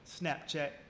Snapchat